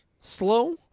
slow